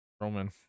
Roman